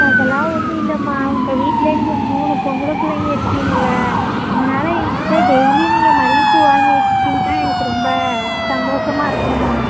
அதெல்லாம் ஒன்றும் இல்லைம்மா உங்கள் வீட்டில் நீங்கள் மூணு பொம்பளை பிள்ளைங்க இருக்கீங்கல்ல அதனால் ஏன்கிட்ட டெய்லியும் நீங்கள் மல்லிப்பூ வாங்கி வச்சுக்கிட்டிங்கனா எனக்கு ரொம்ப சந்தோசமாக இருக்கும்மா